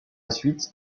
suite